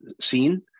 seen